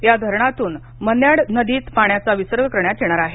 या धरणातून मन्याड नदीत पाण्याचा विसर्ग करण्यात येणार आहे